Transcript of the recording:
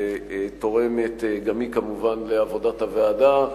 ותורמת גם היא, כמובן, לעבודת הוועדה,